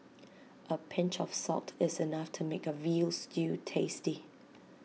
A pinch of salt is enough to make A Veal Stew tasty